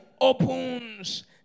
opens